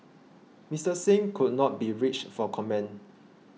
Mister Singh could not be reached for comment